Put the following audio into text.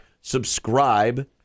Subscribe